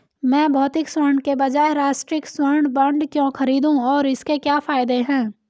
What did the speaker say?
मैं भौतिक स्वर्ण के बजाय राष्ट्रिक स्वर्ण बॉन्ड क्यों खरीदूं और इसके क्या फायदे हैं?